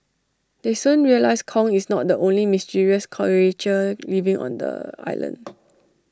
they soon realise Kong is not the only mysterious creature living on the island